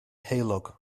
heulog